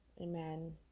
amen